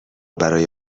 برای